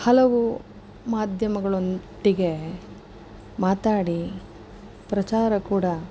ಹಲವು ಮಾಧ್ಯಮಗಳೊಟ್ಟಿಗೆ ಮಾತಾಡಿ ಪ್ರಚಾರ ಕೂಡ